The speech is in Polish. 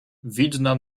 widna